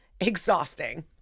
exhausting